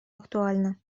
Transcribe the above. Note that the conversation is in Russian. актуальна